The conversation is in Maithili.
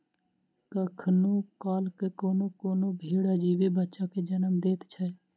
कखनो काल क कोनो कोनो भेंड़ अजीबे बच्चा के जन्म दैत छै